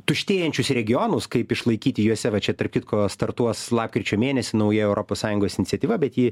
tuštėjančius regionus kaip išlaikyti juose va čia tarp kitko startuos lapkričio mėnesį nauja europos sąjungos iniciatyva bet ji